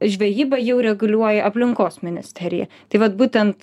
žvejybą jau reguliuoja aplinkos ministerija tai vat būtent